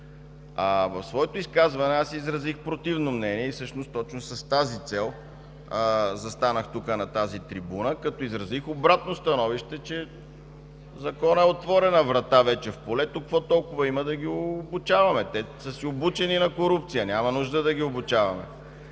В своето изказване аз изразих противно мнение и всъщност точно с тази цел застанах тук, на тази трибуна, като изразих обратно становище, че Законът е отворена врата вече в полето – какво толкова има да ги обучаваме – те са си обучени на корупция, няма нужда да ги обучаваме.